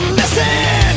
listen